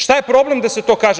Šta je problem da se to kaže?